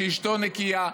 שאשתו נקייה,